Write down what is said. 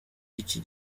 iki